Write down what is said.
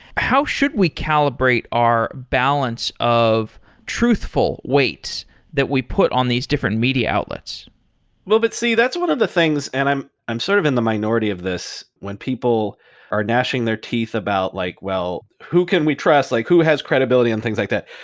how should we calibrate our balance of truthful weights that we put on these different media outlets? a little bit. see, that's one of the things. and i'm i'm sort of in the minority of this when people are gnashing their teeth about like well, who can we trust? like who has credibility and things like that?